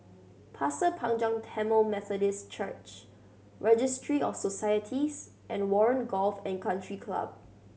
Pasir Panjang Tamil Methodist Church Registry of Societies and Warren Golf and Country Club